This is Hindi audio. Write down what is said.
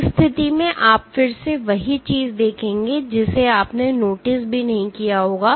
उस स्थिति में आप फिर से वही चीज देखेंगे जिसे आपने नोटिस भी नहीं किया होगा